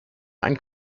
ein